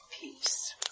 peace